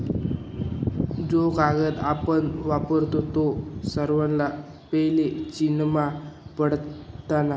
जो कागद आपण वापरतस तो सर्वासना पैले चीनमा सापडना